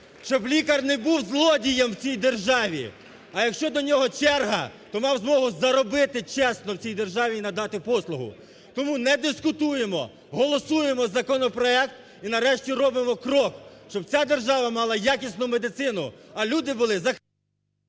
Щоб лікар не був злодієм в цій державі! А якщо до нього черга, то мав змогу заробити чесно в цій державі і надати послугу. Тому не дискутуємо – голосуємо законопроект! І нарешті робимо крок, щоб ця держава мала якісну медицину, а люди були захищені.